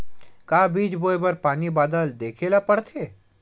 का बीज बोय बर पानी बादल देखेला पड़थे?